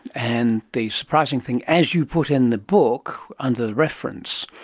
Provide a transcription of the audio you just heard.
and the surprising thing, as you put in the book under the reference,